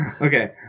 Okay